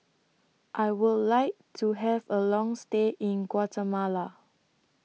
I Would like to Have A Long stay in Guatemala